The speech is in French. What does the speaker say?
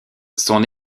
son